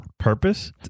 purpose